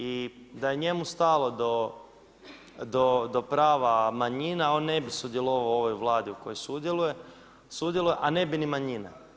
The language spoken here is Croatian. I da je njemu stalo do prava manjina, on ne bi sudjelovao u ovoj Vladi u kojoj sudjeluje, a ne bi ni manjine.